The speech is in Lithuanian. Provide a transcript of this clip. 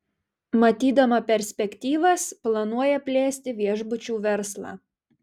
matydama perspektyvas planuoja plėsti viešbučių verslą